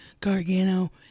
Gargano